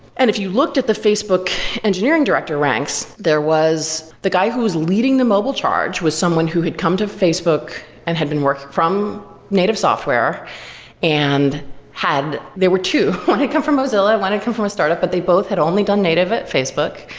and if you looked at the facebook engineering director ranks, there was the guy who's leading the mobile charge was someone who had come to facebook and had been from native software and had there were two. one had come from mozilla, one had come from a startup, but they both had only done native at facebook.